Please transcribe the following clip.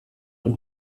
und